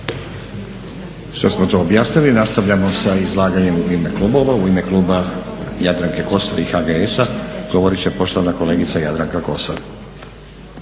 Sada smo to objasnili. Nastavljamo sa izlaganje u ime klubova. U ime kluba Jadranke Kosor i HGS-a govorit će poštovana gospođa Jadranka Kosor.